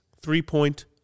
three-point